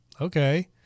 Okay